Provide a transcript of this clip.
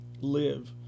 live